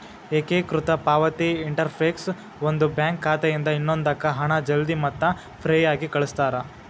ಏಕೇಕೃತ ಪಾವತಿ ಇಂಟರ್ಫೇಸ್ ಒಂದು ಬ್ಯಾಂಕ್ ಖಾತೆಯಿಂದ ಇನ್ನೊಂದಕ್ಕ ಹಣ ಜಲ್ದಿ ಮತ್ತ ಫ್ರೇಯಾಗಿ ಕಳಸ್ತಾರ